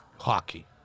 hockey